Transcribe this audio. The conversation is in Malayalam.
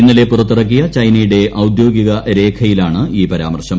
ഇന്നലെ പുറത്തിറക്കിയ ചൈനയുടെ ഔദ്യോഗിക രേഖയിലാണ് ഈ പരാമർശം